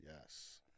yes